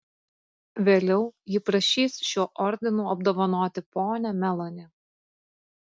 vėliau ji prašys šiuo ordinu apdovanoti ponią meloni